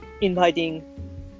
inviting